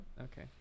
Okay